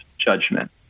judgment